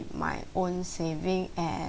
my own saving at